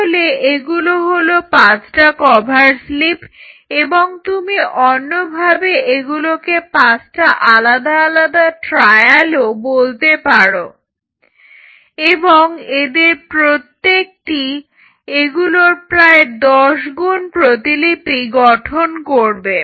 তাহলে এগুলো হলো পাঁচটা কভার স্লিপ বা তুমি অন্যভাবে এগুলোকে পাঁচটা আলাদা আলাদা ট্রায়ালও বলতে পারো এবং এদের প্রত্যেকটি এগুলোর প্রায় দশগুণ প্রতিলিপি গঠন করবে